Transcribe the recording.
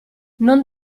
non